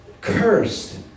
Cursed